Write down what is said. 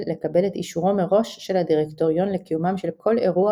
לקבל את אישורו מראש של הדירקטוריון לקיומם של כל אירוע